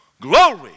glory